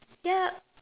yup